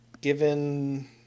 Given